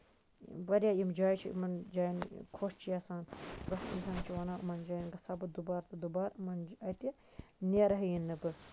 واریاہ یِم جایہِ چھِ یِمن جاین خۄش چھُ گژھان اِنسان چھُ وَنان یِمن جاین گژھا بہٕ دُبارٕ تہٕ دُبارٕ یِمن اَتہِ نیرہایہِ نہٕ بہٕ